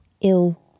ill